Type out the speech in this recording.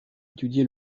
étudié